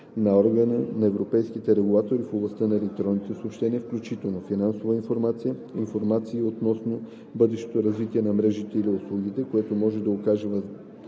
на Органа на европейските регулатори в областта на електронните съобщения, включително: финансова информация; информация относно бъдещо развитие на мрежите или услугите, което може да окаже